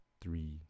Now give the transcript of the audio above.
three